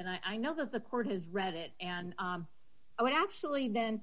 and i know that the court has read it and i would actually then